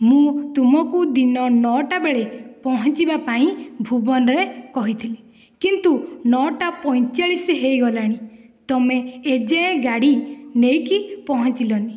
ମୁଁ ତୁମକୁ ଦିନ ନଅଟା ବେଳେ ପହଞ୍ଚିବାପାଇଁ ଭୁବନରେ କହିଥିଲି କିନ୍ତୁ ନଅଟା ପଇଁଚାଳିଶ ହୋଇଗଲାଣି ତମେ ଏ ଯାଏଁ ଗାଡ଼ି ନେଇକି ପହଞ୍ଚିଲନି